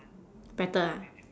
better ah